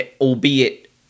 albeit